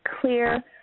clear